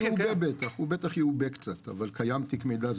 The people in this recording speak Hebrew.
הוא בטח יעובה קצת אבל קיים תיק מידע.